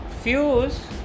fuse